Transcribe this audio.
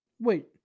Wait